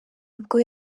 nibwo